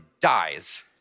dies